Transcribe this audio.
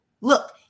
look